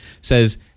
says